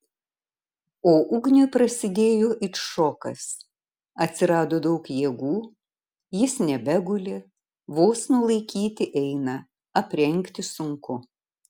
o ugniui prasidėjo it šokas atsirado daug jėgų jis nebeguli vos nulaikyti eina aprengti sunku